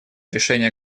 решение